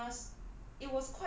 during SARS